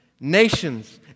nations